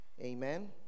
Amen